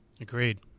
Agreed